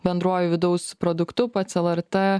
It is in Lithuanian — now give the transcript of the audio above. bendruoju vidaus produktu pats lrt